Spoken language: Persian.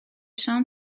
شام